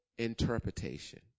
interpretation